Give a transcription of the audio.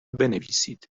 بنویسید